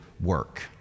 work